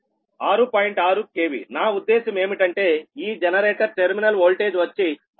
6 KVనా ఉద్దేశం ఏమిటంటే ఈ జనరేటర్ టెర్మినల్ వోల్టేజ్ వచ్చి 6